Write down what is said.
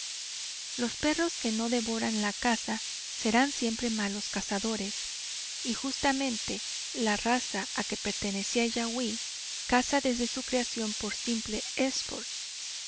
los perros que no devoran la caza serán siempre malos cazadores y justamente la raza a que pertenecía yaguaí caza desde su creación por simple sport